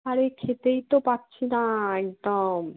আরে খেতেই তো পারছি না একদম